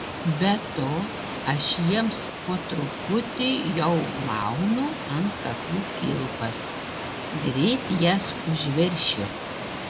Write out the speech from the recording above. be to aš jiems po truputį jau maunu ant kaklų kilpas greit jas užveršiu